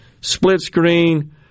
split-screen